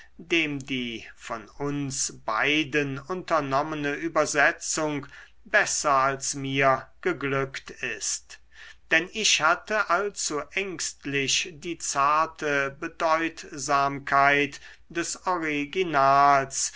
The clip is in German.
dem die von uns beiden unternommene übersetzung besser als mir geglückt ist denn ich hatte allzu ängstlich die zarte bedeutsamkeit des originals